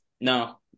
No